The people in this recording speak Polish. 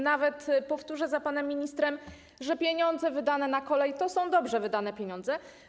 Nawet powtórzę za panem ministrem, że pieniądze wydane na kolej to są dobrze wydane pieniądze.